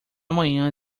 manhã